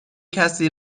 کسی